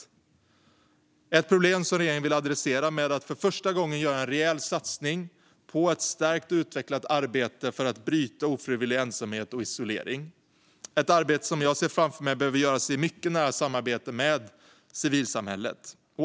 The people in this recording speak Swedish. Det är ett problem som regeringen vill adressera genom att för första gången göra en rejäl satsning på ett stärkt och utvecklat arbete för att bryta ofrivillig ensamhet och isolering, ett arbete som jag ser framför mig behöver göras i mycket nära samarbete med civilsamhället.